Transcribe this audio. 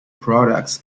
products